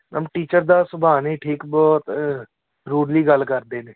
ma'am teacher ਦਾ ਸੁਭਾਅ ਨਹੀਂ ਠੀਕ ਬਹੁਤ ਰੂਡਲੀ ਗੱਲ ਕਰਦੇ ਨੇ